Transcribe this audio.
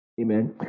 Amen